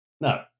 No